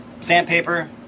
sandpaper